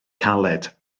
caled